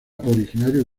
originario